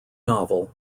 novel